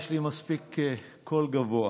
יש לי מספיק קול גבוה.